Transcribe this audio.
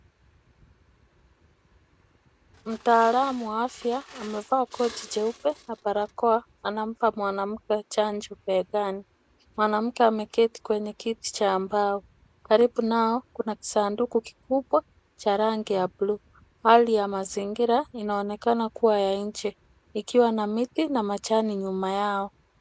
Mtaalamu wa afya amevaa koti jeupe na barakoa anampa mwanamke chanjo begani. Mwanamke ameketi kwenye kiti cha mbao. Karibu nao kuna kisanduku kikubwa cha rangi ya buluu. Hali ya mazingira inaonekana kuwa ya nje ikiwa na miti na majani nyuma yao.